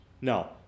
No